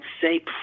say